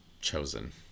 chosen